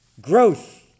Growth